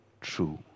true